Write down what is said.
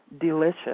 delicious